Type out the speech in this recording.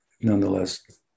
nonetheless